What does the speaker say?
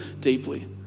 deeply